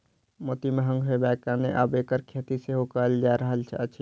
मोती महग होयबाक कारणेँ आब एकर खेती सेहो कयल जा रहल अछि